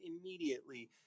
immediately